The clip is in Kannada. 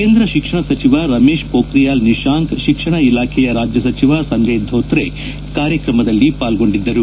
ಕೇಂದ್ರ ಶಿಕ್ಷಣ ಸಚಿವ ರಮೇಶ್ ಪೋಖ್ರಿಯಾಲ್ ನಿಶಾಂಕ್ ಶಿಕ್ಷಣ ಇಲಾಖೆಯ ರಾಜ್ಯ ಸಚಿವ ಸಂಜಯ್ ಧೋತ್ರೆ ಕಾರ್ಯಕ್ರಮದಲ್ಲಿ ಪಾಲ್ಗೊಂಡಿದ್ದರು